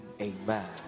Amen